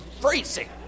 freezing